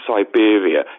Siberia